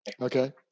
Okay